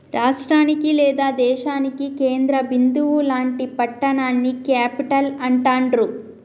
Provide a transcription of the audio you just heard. రాష్టానికి లేదా దేశానికి కేంద్ర బిందువు లాంటి పట్టణాన్ని క్యేపిటల్ అంటాండ్రు